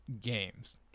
Games